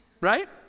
right